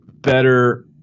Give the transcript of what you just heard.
better